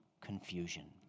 confusion